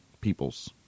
peoples